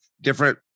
different